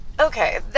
okay